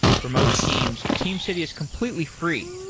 for most teams, teamcity is completely free,